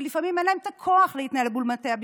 שלפעמים אין להן את הכוח להתנהל מול בתי המשפט,